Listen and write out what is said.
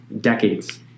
decades